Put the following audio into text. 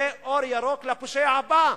זה אור ירוק לפושע הבא.